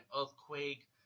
earthquake